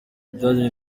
ibijyanye